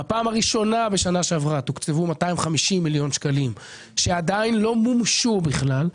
בפעם הראשונה בשנה שעברה תוקצבו 250 מיליון שקלים שלא מומשו בכלל.